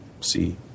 see